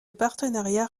partenariat